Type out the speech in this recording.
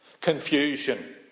Confusion